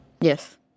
Yes